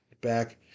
back